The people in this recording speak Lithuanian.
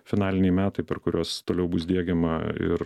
finaliniai metai per kuriuos toliau bus diegiama ir